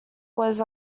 was